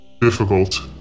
Difficult